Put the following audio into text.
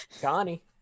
Connie